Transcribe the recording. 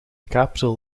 capital